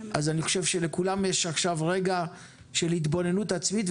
אני חושב שלכולם יש עכשיו רגע של התבוננות עצמית,